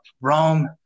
Rome